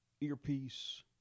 earpiece